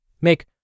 make